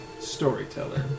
storyteller